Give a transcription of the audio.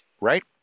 right